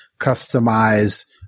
customize